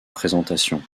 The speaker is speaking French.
présentation